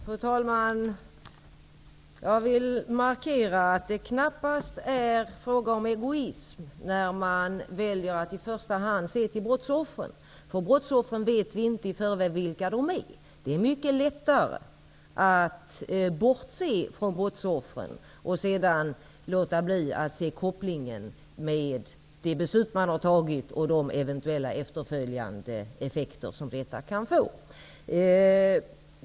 Fru talman! Jag vill markera att det knappast är fråga om egoism när man väljer att i första hand se till brottsoffren. Vi vet inte i förväg vilka personer som kommer att bli brottsoffer. Det är mycket lättare att bortse från brottsoffren och sedan låta bli att se kopplingen mellan de beslut man har fattat och de eventuella effekter som besluten kan få.